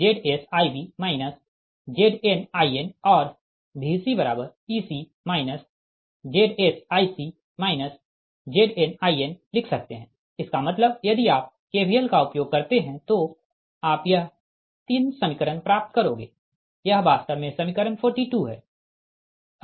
VbEb ZsIb ZnIn और VcEc ZsIc ZnIn लिख सकते है इसका मतलब यदि आप KVL का उपयोग करते है तो आप यह तीन समीकरण प्राप्त करोगें यह वास्तव में समीकरण 42 है